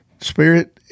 spirit